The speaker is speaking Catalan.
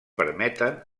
permeten